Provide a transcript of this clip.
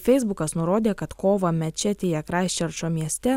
feisbukas nurodė kad kovą mečetėje kraistčerčo mieste